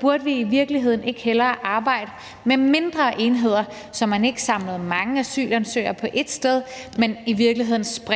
Burde vi i virkeligheden ikke hellere arbejde med mindre enheder, så man ikke samlede mange asylansøgere på et sted, men spredte